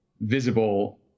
visible